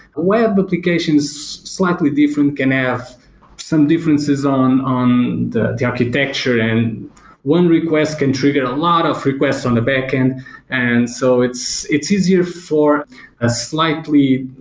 web application is slightly different, can have some differences on on the the architecture, and one request can trigger a lot of request on the backend and so it's it's easier for a slightly,